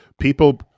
People